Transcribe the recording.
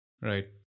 right